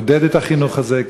לעודד את החינוך הזה,